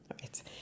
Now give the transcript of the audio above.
right